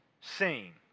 seen